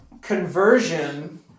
conversion